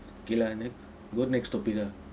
okay lah then go next topic lah